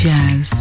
Jazz